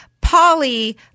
Polly